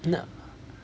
no